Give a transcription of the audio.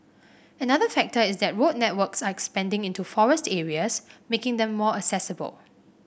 another factor is that road networks are expanding into forest areas making them more accessible